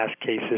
cases